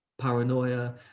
paranoia